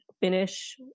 finish